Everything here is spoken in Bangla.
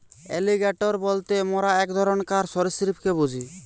এলিগ্যাটোর বলতে মোরা এক ধরণকার সরীসৃপকে বুঝি